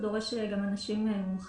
הוא גם דורש אנשים מומחים.